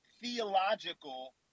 theological